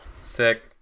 Sick